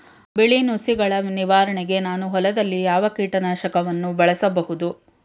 ಬಿಳಿ ನುಸಿಗಳ ನಿವಾರಣೆಗೆ ನಾನು ಹೊಲದಲ್ಲಿ ಯಾವ ಕೀಟ ನಾಶಕವನ್ನು ಬಳಸಬಹುದು?